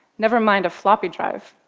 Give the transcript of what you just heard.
never mind a floppy drive?